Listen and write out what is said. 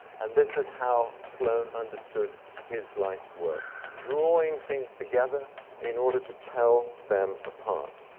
and this is how sloane understood his life's work, drawing things together in order to tell them apart,